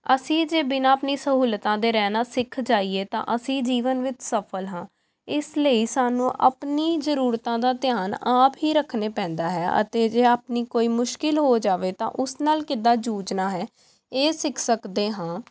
ਅਸੀਂ ਜੇ ਬਿਨਾਂ ਆਪਣੀ ਸਹੂਲਤਾਂ ਦੇ ਰਹਿਣਾ ਸਿੱਖ ਜਾਈਏ ਤਾਂ ਅਸੀਂ ਜੀਵਨ ਵਿੱਚ ਸਫਲ ਹਾਂ ਇਸ ਲਈ ਸਾਨੂੰ ਆਪਣੀ ਜ਼ਰੂਰਤਾਂ ਦਾ ਧਿਆਨ ਆਪ ਹੀ ਰੱਖਣਾ ਪੈਂਦਾ ਹੈ ਅਤੇ ਜੇ ਆਪਣੀ ਕੋਈ ਮੁਸ਼ਕਿਲ ਹੋ ਜਾਵੇ ਤਾਂ ਉਸ ਨਾਲ ਕਿੱਦਾਂ ਜੂਝਣਾ ਹੈ ਇਹ ਸਿੱਖ ਸਕਦੇ ਹਾਂ